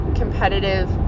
competitive